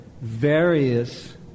various